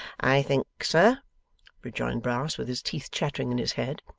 i think, sir rejoined brass, with his teeth chattering in his head.